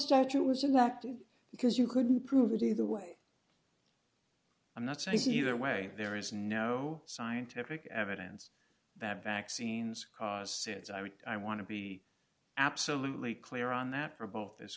statue was elected because you couldn't prove it either way i'm not saying see either way there is no scientific evidence that vaccines cause sids i would i want to be absolutely clear on that for both